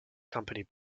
company